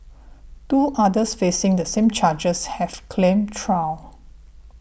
two others facing the same charges have claimed trial